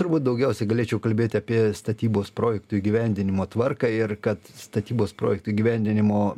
turbūt daugiausiai galėčiau kalbėti apie statybos projektų įgyvendinimo tvarką ir kad statybos projektų įgyvendinimo